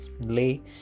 lay